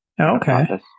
Okay